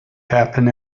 happen